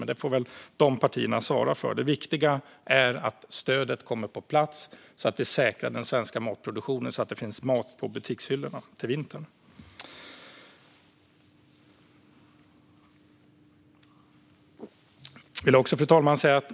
Men det får väl de partierna svara för. Det viktiga är att stödet kommer på plats och säkrar den svenska matproduktionen så att det finns mat på butikshyllorna till vintern. Fru talman!